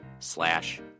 slash